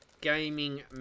gaming